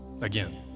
again